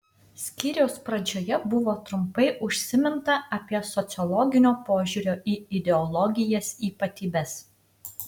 skyriaus pradžioje buvo trumpai užsiminta apie sociologinio požiūrio į ideologijas ypatybes